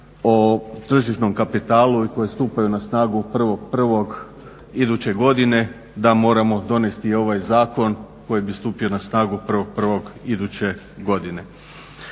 o tržišnom kapitalu koje stupaju na snagu 1.1. iduće godine, da moramo donesti ovaj zakon koji bi stupio na snagu 1.1. iduće godine.